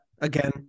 again